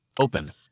Open